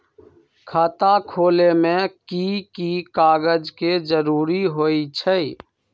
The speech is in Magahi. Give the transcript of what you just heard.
खाता खोले में कि की कागज के जरूरी होई छइ?